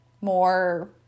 more